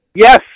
Yes